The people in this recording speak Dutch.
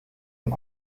een